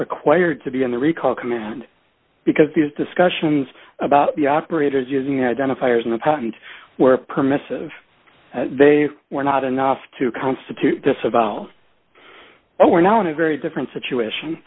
required to be on the recall command because these discussions about the operators using identifiers in the patent were permissive they were not enough to constitute disavow oh we're now in a very different situation